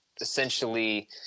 essentially –